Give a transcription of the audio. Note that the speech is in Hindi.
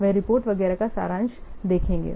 वे रिपोर्ट वगैरह का सारांश देखेंगे